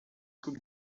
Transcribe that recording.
coupe